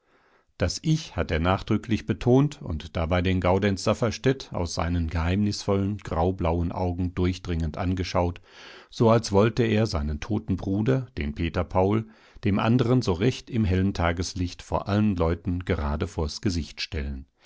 das ich hat er nachdrücklich betont und dabei den gaudenz safferstätt aus seinen geheimnisvollen graublauen augen durchdringend angeschaut so als wollte er seinen toten bruder den peter paul dem andern so recht im hellen tageslicht vor allen leuten gerade vors gesicht stellen